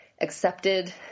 accepted